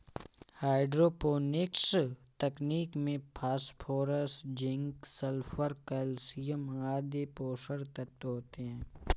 hydroponics तकनीक में phosphorus, zinc, sulphur, calcium आदि पोषक तत्व होते है